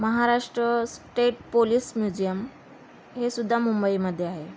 Maharashtra state police museum हे सुद्धा मुंबईमध्ये आहे